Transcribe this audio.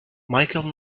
michael